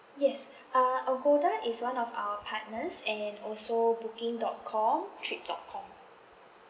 yes uh agoda is one of our partners and also booking dot com trip dot com